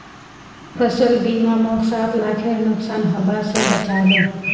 फसल बीमा मोक सात लाखेर नुकसान हबा स बचा ले